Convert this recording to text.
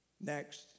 Next